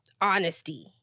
honesty